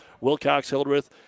Wilcox-Hildreth